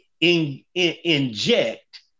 inject